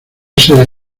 ser